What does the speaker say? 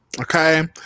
okay